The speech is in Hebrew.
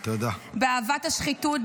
באהבת השחיתות,